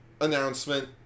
Announcement